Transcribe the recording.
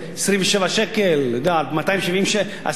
זה כאילו לא הרבה.